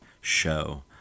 show